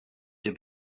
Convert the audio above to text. der